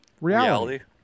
reality